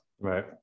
Right